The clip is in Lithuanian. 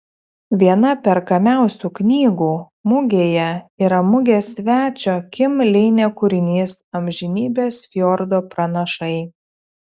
viena perkamiausių knygų mugėje yra mugės svečio kim leine kūrinys amžinybės fjordo pranašai